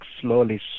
slowly